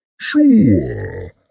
Sure